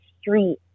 street